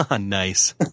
Nice